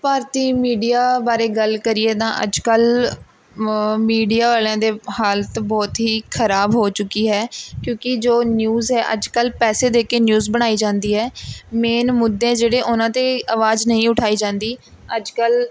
ਭਾਰਤੀ media ਬਾਰੇ ਗੱਲ ਕਰੀਏ ਤਾਂ ਅੱਜ ਕੱਲ੍ਹ ਮੀਡੀਆ ਵਾਲਿਆਂ ਦੇ ਹਾਲਤ ਬਹੁਤ ਹੀ ਖ਼ਰਾਬ ਹੋ ਚੁੱਕੀ ਹੈ ਕਿਉਂਕਿ ਜੋ ਨਿਊਜ਼ ਹੈ ਅੱਜ ਕੱਲ੍ਹ ਪੈਸੇ ਦੇ ਕੇ ਨਿਊਜ਼ ਬਣਾਈ ਜਾਂਦੀ ਹੈ ਮੇਨ ਮੁੱਦੇ ਹੈ ਜਿਹੜੇ ਉਹਨਾਂ 'ਤੇ ਅਵਾਜ਼ ਨਹੀਂ ਉਠਾਈ ਜਾਂਦੀ ਅੱਜ ਕੱਲ਼੍ਹ